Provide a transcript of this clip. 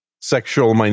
sexual